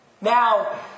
Now